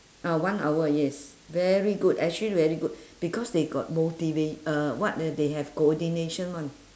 ah one hour yes very good actually very good because they got motiva~ uh what ah they have coordination [one]